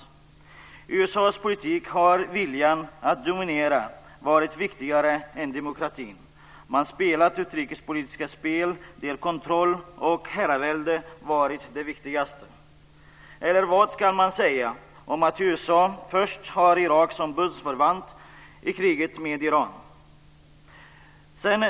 I USA:s politik har viljan att dominera varit viktigare än demokratin. Man har spelat utrikespolitiska spel där kontroll och herravälde varit det viktigaste. Vad ska man säga om att USA först har Irak som bundsförvant i kriget med Iran?